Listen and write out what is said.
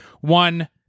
One